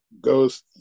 goes